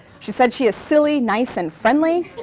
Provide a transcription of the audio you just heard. she said she is silly, nice and friendly.